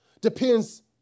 depends